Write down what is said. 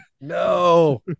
No